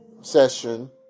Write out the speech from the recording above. Session